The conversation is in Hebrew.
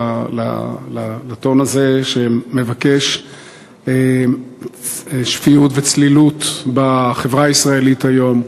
לטון הזה שמבקש שפיות וצלילות בחברה הישראלית היום.